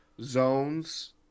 zones